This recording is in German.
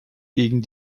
gegen